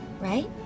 Right